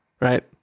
right